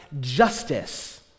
justice